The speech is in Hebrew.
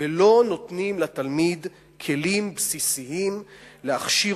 ולא נותנים לתלמיד כלים בסיסיים להכשיר